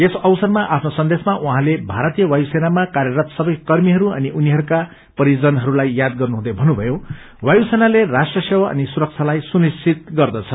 यस अवसरमा आफ्नो सन्दशेमा उहाँले भारतीय वायुसेनामा कार्यरत सबै कर्मीहरू अनि उनीहरूका परिजनहरूलाई याद गर्नुहुँदै भन्नुम्जएको छ वायु सेनाले राष्ट्र सेवा अनि सुरक्षालाई सुनिश्चित गर्दछ